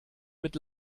mit